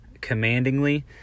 commandingly